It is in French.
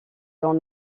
dans